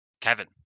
Kevin